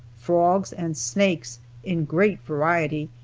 frogs and snakes in great variety,